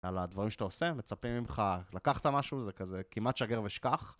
על הדברים שאתה עושה, מצפים ממך לקחת משהו, זה כזה כמעט שגר ושכח.